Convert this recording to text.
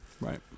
Right